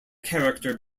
character